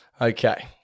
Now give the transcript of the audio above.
Okay